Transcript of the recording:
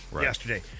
yesterday